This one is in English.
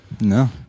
No